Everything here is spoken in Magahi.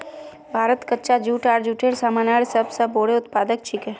भारत कच्चा जूट आर जूटेर सामानेर सब स बोरो उत्पादक छिके